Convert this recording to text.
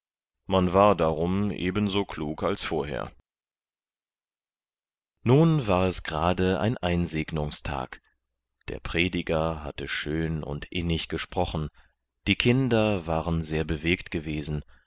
man war darum eben so klug als vorher nun war es gerade ein einsegnungstag der prediger hatte schön und innig gesprochen die kinder waren sehr bewegt gewesen